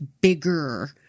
bigger